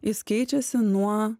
jis keičiasi nuo